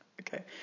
Okay